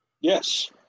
Yes